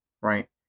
right